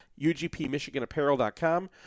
ugpmichiganapparel.com